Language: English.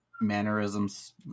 mannerisms